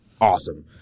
awesome